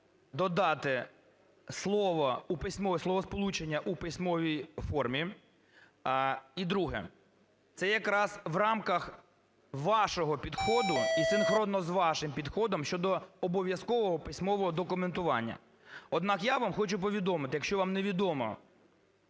додати слово "у письмовій…", словосполучення "у письмовій формі". І друге. Це якраз в рамках вашого підходу і синхронно з вашим підходом щодо обов'язкового письмового документування. Однак я вам хочу повідомити, якщо вам невідомо